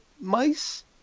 mice